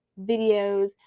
videos